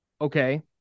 okay